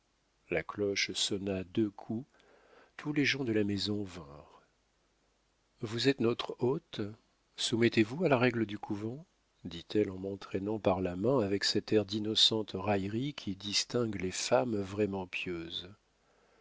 la cloche sonna deux coups tous les gens de la maison vinrent vous êtes notre hôte soumettez-vous à la règle du couvent dit-elle en m'entraînant par la main avec cet air d'innocente raillerie qui distingue les femmes vraiment pieuses